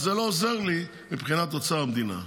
אז זה לא עוזר לי מבחינת אוצר המדינה.